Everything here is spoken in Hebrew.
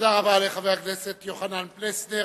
תודה רבה לחבר הכנסת יוחנן פלסנר.